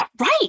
Right